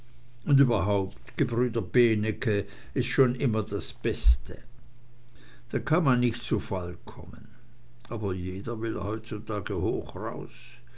und überhaupt gebrüder beeneke is schon immer das beste da kann man nicht zu fall kommen aber jeder will heutzutage hoch raus